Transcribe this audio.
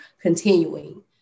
continuing